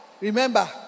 Remember